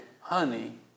honey